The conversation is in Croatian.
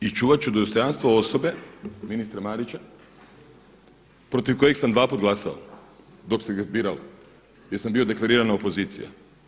I čuvati ću dostojanstvo osobe ministra Marića protiv kojeg sam dva puta glasao dok ga se biralo jer sam bio deklarirana opozicija.